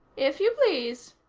if you please,